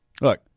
Look